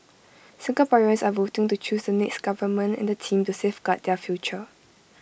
Singaporeans are voting to choose the next government and the team to safeguard their future